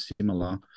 similar